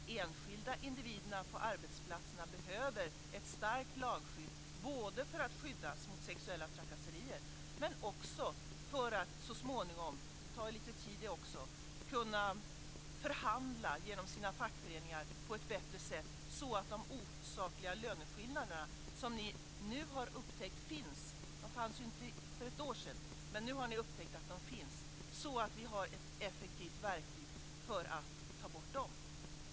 De enskilda individerna på arbetsplatserna behöver ett starkt lagskydd både för att skyddas mot sexuella trakasserier och för att så småningom - men det tar lite tid - genom sina fackföreningar kunna förhandla på ett bättre sätt så att man får ett effektivt verktyg för att ta bort de osakliga löneskillnaderna, som ni nu har upptäckt att de finns - de fanns ju inte för ett år sedan.